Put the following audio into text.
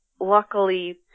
luckily